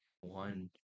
one